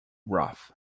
rough